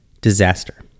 disaster